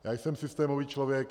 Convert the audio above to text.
Já jsem systémový člověk.